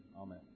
amen